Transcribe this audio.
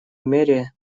мере